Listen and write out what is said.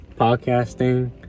podcasting